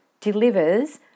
delivers